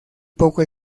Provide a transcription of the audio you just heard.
poco